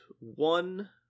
one